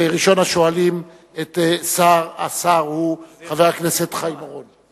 ראשון השואלים את השר הוא חבר הכנסת חיים אורון.